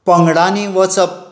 पंगडानी वचप